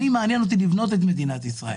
אותי מעניין לבנות את מדינת ישראל,